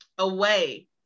away